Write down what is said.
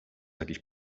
jakieś